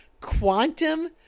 quantum